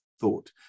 thought